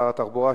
שר התחבורה,